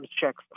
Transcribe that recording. checks